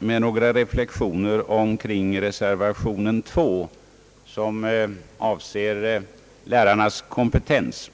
åt några reflexioner omkring reservation nr 2 som avser: lärarnas kompetens.